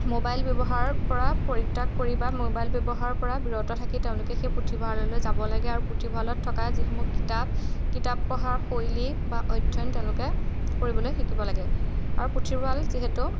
mobile ব্যৱহাৰপৰা পৰিত্যাগ কৰি বা মোবাইল ব্যৱহাৰৰপৰা বিৰত থাকি তেওঁলোকে সেই পুথিভঁৰাললৈ যাব লাগে আৰু পুথিভঁৰালত থকা যিসমূহ কিতাপ কিতাপ পঢ়াৰ শৈলী বা অধ্যয়ন তেওঁলোকে কৰিবলৈ শিকিব লাগে আৰু পুথিভঁৰাল যিহেতু